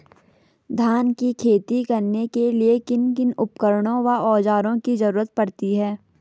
धान की खेती करने के लिए किन किन उपकरणों व औज़ारों की जरूरत पड़ती है?